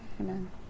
amen